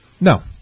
No